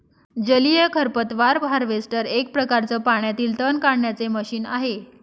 जलीय खरपतवार हार्वेस्टर एक प्रकारच पाण्यातील तण काढण्याचे मशीन आहे